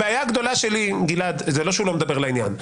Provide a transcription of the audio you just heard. הבעיה הגדולה שלי עם גלעד זה לא שהוא לא מדבר לעניין.